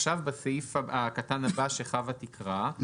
בסעיף הקטן הבא שחוה תקבע,